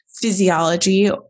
physiology